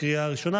לקריאה הראשונה.